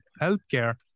healthcare